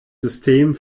system